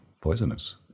poisonous